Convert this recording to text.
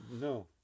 No